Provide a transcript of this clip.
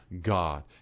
God